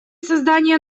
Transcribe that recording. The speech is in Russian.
создания